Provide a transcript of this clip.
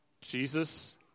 Jesus